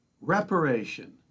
reparation